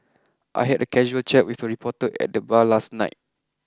I had a casual chat with a reporter at the bar last night